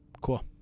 Cool